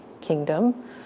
kingdom